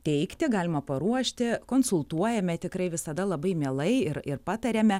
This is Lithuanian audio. teikti galima paruošti konsultuojame tikrai visada labai mielai ir ir patariame